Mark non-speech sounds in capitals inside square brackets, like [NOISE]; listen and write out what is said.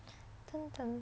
[NOISE]